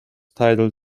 title